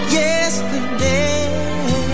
yesterday